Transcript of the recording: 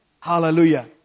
hallelujah